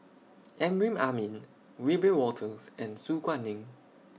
Amrin Amin Wiebe Wolters and Su Guaning